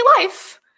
life